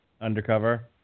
Undercover